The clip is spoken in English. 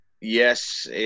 Yes